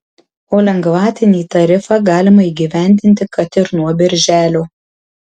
o lengvatinį tarifą galima įgyvendinti kad ir nuo birželio